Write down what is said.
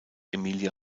emilia